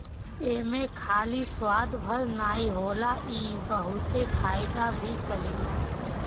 एमे खाली स्वाद भर नाइ होला इ बहुते फायदा भी करेला